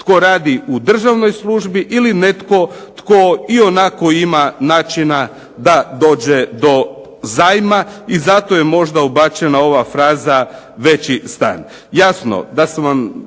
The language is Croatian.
tko radi u državnoj službi ili netko tko i ovako ima načina da dođe do zajma i zato je možda ubačena ova fraza veći stan.